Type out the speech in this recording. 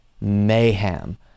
mayhem